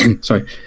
sorry